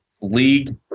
league